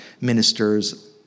ministers